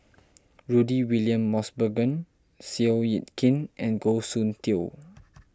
Rudy William Mosbergen Seow Yit Kin and Goh Soon Tioe